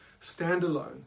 standalone